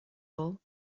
all